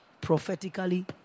prophetically